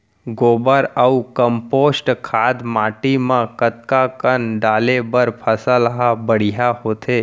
गोबर अऊ कम्पोस्ट खाद माटी म कतका कन डाले बर फसल ह बढ़िया होथे?